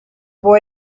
boy